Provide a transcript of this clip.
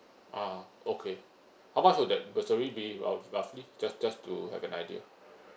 ah okay how much would that bursary be rough roughly just just to have an idea